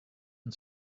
and